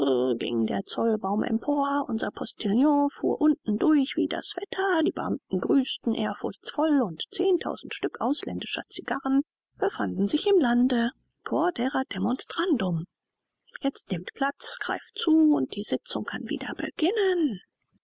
ging der zollbaum empor unser postillon fuhr unten durch wie das wetter die beamteten grüßten ehrfurchtsvoll und zehntausend stück ausländischer cigarren befanden sich im lande quod erat demonstrandum jetzt nehmt platz greift zu und die sitzung kann wieder beginnen